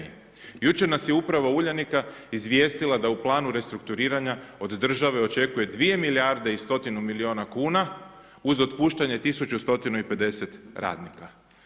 Jučer nas je uprava Uljanika izvijestila da u planu restrukturiranja od države očekuje 2 milijarde i 100 milijuna kuna uz otpuštanje 1150 radnika.